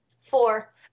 Four